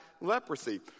leprosy